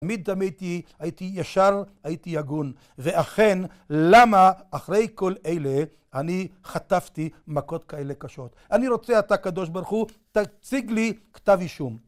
תמיד דמיתי, הייתי ישר, הייתי הגון ואכן, למה אחרי כל אלה, אני חטפתי מכות כאלה קשות. אני רוצה אתה, קדוש ברוך הוא, תציג לי כתב אישום